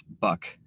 Buck